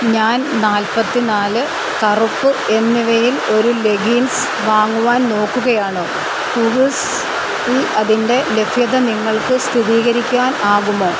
ഞാൻ നാല്പത്തിനാല് കറുപ്പ് എന്നിവയിൽ ഒരു ലെഗ്ഗിങ്സ് വാങ്ങുവാൻ നോക്കുകയാണ് കൂവ്സിൽ അതിൻ്റെ ലഭ്യത നിങ്ങൾക്ക് സ്ഥിരീകരിക്കാനാകുമോ